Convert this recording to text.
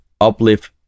uplift